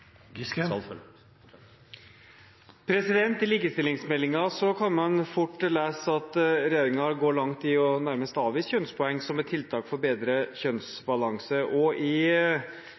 I likestillingsmeldingen kan man fort lese at regjeringen går langt i nærmest å avvise kjønnspoeng som et tiltak for bedre kjønnsbalanse, og i